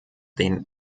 den